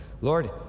Lord